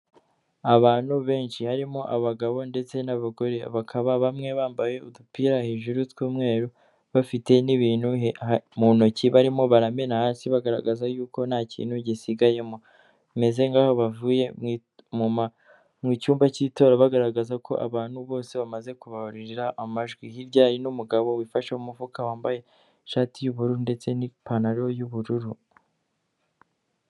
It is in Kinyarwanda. Abantu benshi harimo abagabo ndetse n'abagore bakaba bamwe bambaye udupira hejuru tw'umweru bafite n'ibintu mu ntoki barimo baramena hasi bagaragaza y'uko nta kintu gisigaye bameze ngaho bavuye mu cyumba cy'itora bagaragaza ko abantu bose bamaze kubabarurira amajwi, hirya hari n'umugabo wifashe mu mufuka wambaye ishati y'ubururu ndetse n'ipantaro y'ubururu